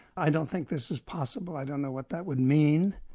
i don't think this is possible, i don't know what that would mean,